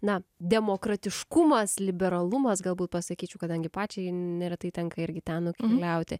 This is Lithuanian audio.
na demokratiškumas liberalumas galbūt pasakyčiau kadangi pačiai neretai tenka irgi ten nukeliauti